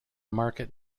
market